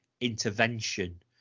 intervention